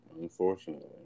Unfortunately